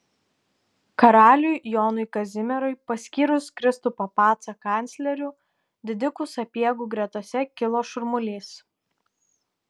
karaliui jonui kazimierui paskyrus kristupą pacą kancleriu didikų sapiegų gretose kilo šurmulys